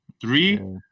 three